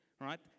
right